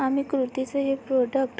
आम्ही कुर्तीचं हे प्रॉडक्ट